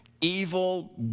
evil